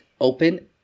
open